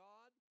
God